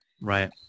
Right